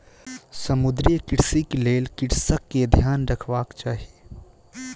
समुद्रीय कृषिक लेल कृषक के ध्यान रखबाक चाही